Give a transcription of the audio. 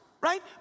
right